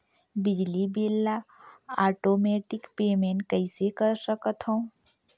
बिजली बिल ल automatic payment कइसे कर सकथव?